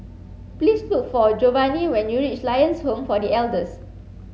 please look for Jovanni when you reach Lions Home for The Elders